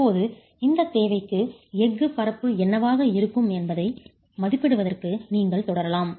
இப்போது இந்தத் தேவைக்கு எஃகுப் பரப்பு என்னவாக இருக்கும் என்பதை மதிப்பிடுவதற்கு நீங்கள் தொடரலாம்